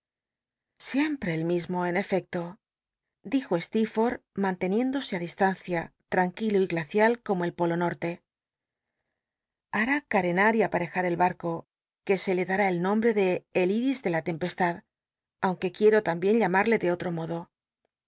siempre el mismo en efecto dijo steel'forl h tnanteniendose á distancia tranquilo y glacial como el polo norte hará t wenar y aparejar el barco que se le dará el nombre de el ll'is ele la tempestad aunque quiero tambien llamarle de otro modo